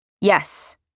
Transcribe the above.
Yes